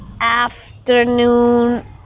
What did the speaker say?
afternoon